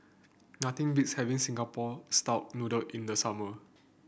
nothing beats having Singapore style noodle in the summer